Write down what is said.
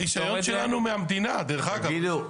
הרישיון שלנו הוא מהמדינה, דרך אגב.